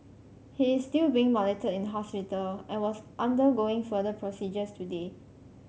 he is still being monitored in hospital and was undergoing further procedures today